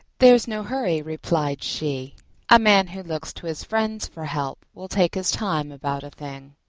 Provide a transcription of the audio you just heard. there's no hurry, replied she a man who looks to his friends for help will take his time about a thing.